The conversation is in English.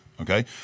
okay